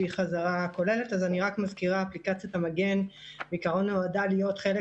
רק מזכירה: אפליקציית המגן בעיקרון נועדה להיות חלק